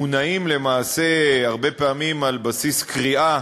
מוּנעים הרבה פעמים על בסיס קריאה